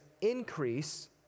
increase